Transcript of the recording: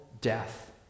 death